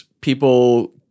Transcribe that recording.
people